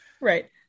Right